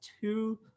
two